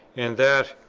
and that,